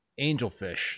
angelfish